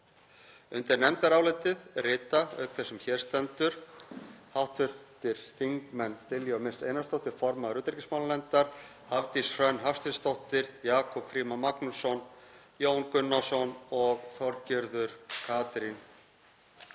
Undir nefndarálitið rita, auk þess sem hér stendur, hv. þingmenn Diljá Mist Einarsdóttir, formaður utanríkismálanefndar, Hafdís Hrönn Hafsteinsdóttir, Jakob Frímann Magnússon, Jón Gunnarsson og Þorgerður Katrín